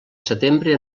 setembre